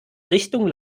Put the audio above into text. richtung